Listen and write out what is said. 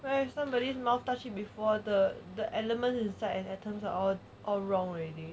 well if somebody's mouth touch it before the the elements inside and atoms are all wrong already